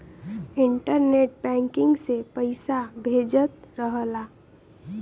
internet banking से पइसा भेजत रहला